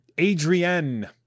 Adrienne